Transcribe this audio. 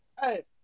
Hey